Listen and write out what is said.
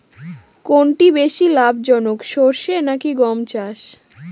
কোনটি বেশি লাভজনক সরষে নাকি গম চাষ?